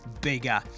bigger